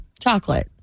chocolate